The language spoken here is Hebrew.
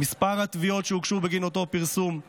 "מספר התביעות שהוגשו בגין אותו פרסום";